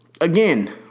Again